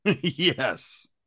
Yes